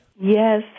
Yes